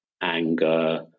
anger